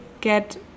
get